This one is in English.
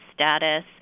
status